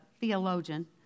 theologian